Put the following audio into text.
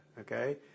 okay